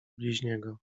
bliźniego